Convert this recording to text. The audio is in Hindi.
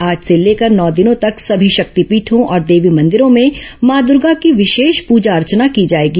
आज से लेकर नौ दिनों तक सभी शक्तिपीठों और देवी मंदिरों में मां दूर्गा की विशेष पूजा अर्वना की जाएगी